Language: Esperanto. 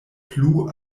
plu